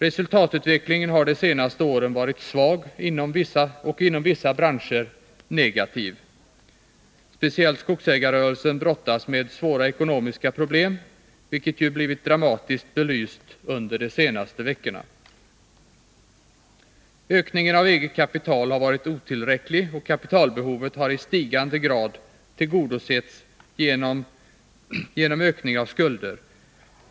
Resultatutvecklingen har de senaste åren varit svag och inom vissa branscher negativ. Speciellt skogsägarrörelsen brottas med svåra ekonomiska problem, vilket ju blivit dramatiskt belyst under de senaste veckorna. Ökningen av eget kapital har varit otillräcklig, och kapitalbehovet har i stigande grad tillgodosetts genom ökning av skulder.